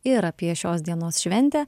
ir apie šios dienos šventę